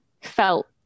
felt